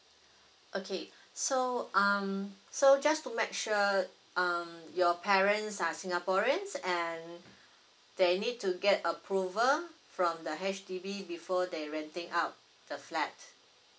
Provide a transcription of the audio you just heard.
okay so um so just to make sure um your parents are singaporeans and they need to get approval from the H_D_B before they renting out the flat